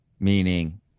Meaning